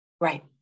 Right